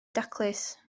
daclus